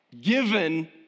given